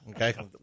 Okay